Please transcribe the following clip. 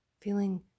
feeling